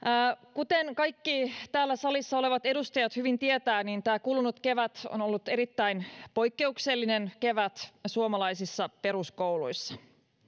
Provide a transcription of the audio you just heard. kuten kaikki täällä salissa olevat edustajat hyvin tietävät tämä kulunut kevät on ollut erittäin poikkeuksellinen kevät suomalaisissa peruskouluissa